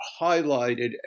highlighted